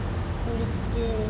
குளிச்சிட்டு:kulichitu